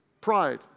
Pride